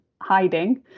hiding